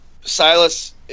Silas